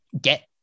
get